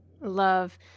love